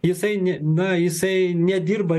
jisai ni na jisai nedirba